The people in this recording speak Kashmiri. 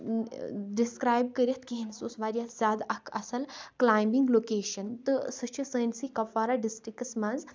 ڈِسکرایب کٔرِتھ کِہینۍ سُہ اوس واریاہ زیادٕ اکھ اَصٕل کلایمبِنگ لوکیشن تہٕ سُہ چھِ سٲنۍ سی کۄپوارا ڈِسٹرکس منٛز